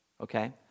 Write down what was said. Okay